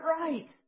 right